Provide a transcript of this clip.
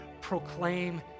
proclaim